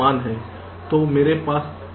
तो मेरे पास स्टेटमेंट X के बराबर Y है